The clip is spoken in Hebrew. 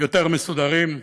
יותר מסודרים.